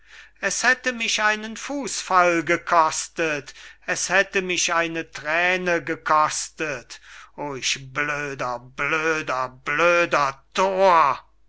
es hätte mich einen fußfall gekostet es hätte mich eine thräne gekostet oh ich blöder blöder blöder thor